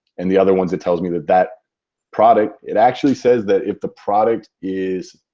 and the other ones it tells me that that product. it actually says that if the product is